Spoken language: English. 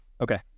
Okay